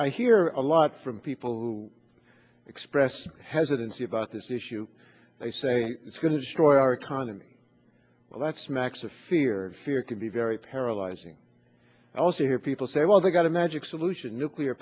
i hear a lot from people who express hesitancy about this issue they say it's going to destroy our economy well that's smacks of fear fear can be very paralyzing also hear people say well they've got a magic solution nuclear